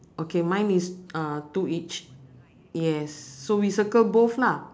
okay mine is uh two each yes so we circle both lah